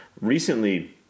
recently